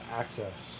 access